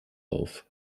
auf